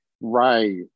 Right